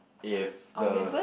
if the